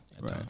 Right